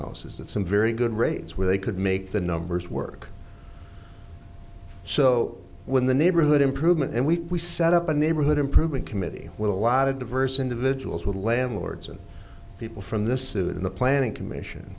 houses at some very good rates where they could make the numbers work so when the neighborhood improvement and we set up a neighborhood improvement committee with a lot of diverse individuals with landlords and people from this in the planning commission